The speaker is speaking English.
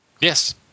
Yes